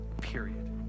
period